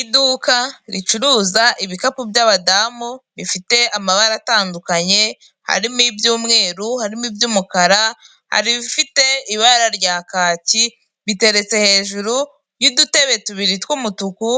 Iduka ricuruza ibikapu by'abadamu bifite amabara atandukanye, harimo iby'umweru, harimo iby'umukara, hari ibifite ibara rya kaki biteretse hejuru y'udutebe tubiri tw'umutuku